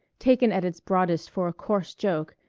taken at its broadest for a coarse joke,